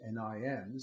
NIMs